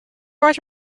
write